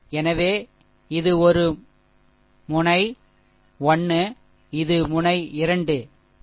எனவே இது ஒரு முனை 1 இது முனை 2 சரி